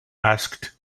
asked